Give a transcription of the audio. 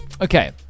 Okay